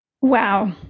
Wow